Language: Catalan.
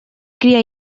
cria